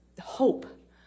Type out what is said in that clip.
hope